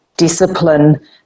discipline